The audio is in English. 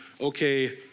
okay